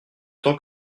temps